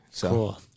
Cool